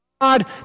God